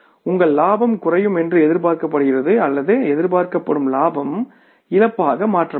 உங்கள் லாபம் குறையும் என்று எதிர்பார்க்கப்படுகிறது அல்லது எதிர்பார்க்கப்படும் லாபம் இழப்பாக மாற்றப்படும்